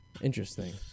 Interesting